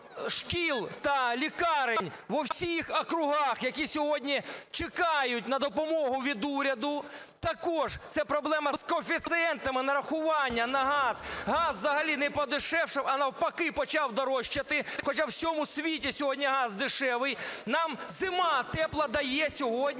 шкіл та лікарень у всіх округах, які сьогодні чекають на допомогу від уряду. Також це проблема з коефіцієнтами нарахування на газ. Газ взагалі не подешевшав, а, навпаки, почав дорожчати, хоча у всьому світі сьогодні газ дешевий. Нам зима тепла дає сьогодні